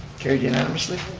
carried unanimously.